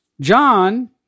John